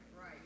Right